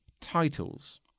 Titles